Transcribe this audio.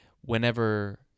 whenever